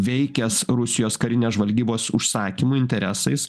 veikęs rusijos karinės žvalgybos užsakymų interesais